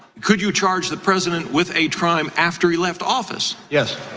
could you charge the president with a trial after he left office? yes.